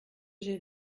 j’ai